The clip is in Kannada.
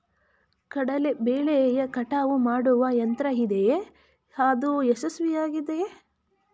ಕಡಲೆ ಬೆಳೆಯ ಕಟಾವು ಮಾಡುವ ಯಂತ್ರ ಇದೆಯೇ? ಅದು ಯಶಸ್ವಿಯಾಗಿದೆಯೇ?